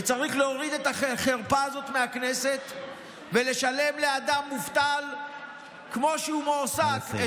וצריך להוריד את החרפה הזאת מהכנסת ולשלם לאדם מובטל כמו כשהוא מועסק,